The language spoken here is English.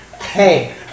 Hey